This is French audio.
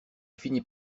finit